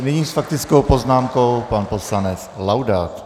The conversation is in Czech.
Nyní s faktickou poznámkou pan poslanec Laudát.